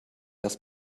das